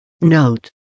Note